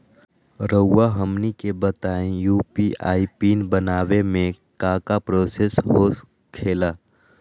रहुआ हमनी के बताएं यू.पी.आई पिन बनाने में काका प्रोसेस हो खेला?